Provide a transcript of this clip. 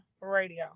radio